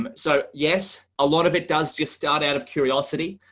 um so yes, a lot of it does ust start out of curio ah so ity,